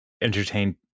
entertain